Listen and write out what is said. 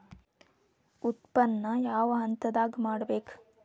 ಉತ್ಪನ್ನ ಯಾವ ಹಂತದಾಗ ಮಾಡ್ಬೇಕ್?